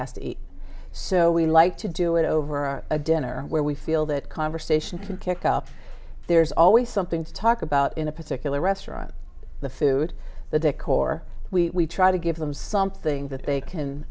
has to eat so we like to do it over our dinner where we feel that conversation can pick up there's always something to talk about in a particular restaurant the food the decor we try to give them something that they can